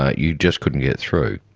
ah you just couldn't get through.